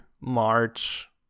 March